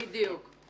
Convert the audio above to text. בדיוק.